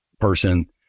person